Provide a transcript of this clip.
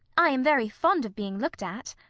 i am very fond of being looked at.